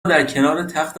درکنارتخت